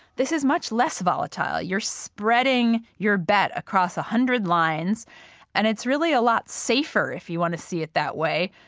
this is much less volatile. you're spreading your bet across one ah hundred lines and it's really a lot safer if you want to see it that way,